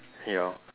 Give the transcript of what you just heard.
ya lor